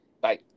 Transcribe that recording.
Bye